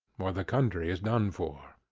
or the country's done for.